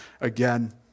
again